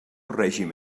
règim